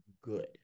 good